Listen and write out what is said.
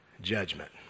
Judgment